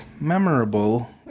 memorable